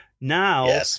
Now